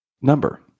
number